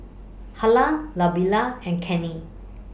Harlan Lavera and Cannie